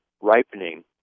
ripening